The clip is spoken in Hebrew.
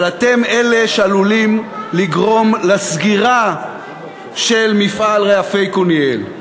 אבל אתם אלה שעלולים לגרום לסגירה של מפעל "רעפי קוניאל".